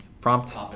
Prompt